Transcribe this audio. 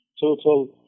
total